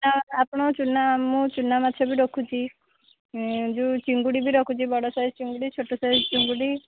ଆପଣଙ୍କ ଚୂନା ମୁଁ ଚୂନା ମାଛ ବି ରଖୁଛି ଯେଉଁ ଚିଙ୍ଗୁଡ଼ି ବି ରଖୁଛି ବଡ଼ ସାଇଜ୍ ଚିଙ୍ଗୁଡ଼ି ଛୋଟ ସାଇଜ୍ ଚିଙ୍ଗୁଡ଼ି